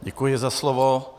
Děkuji za slovo.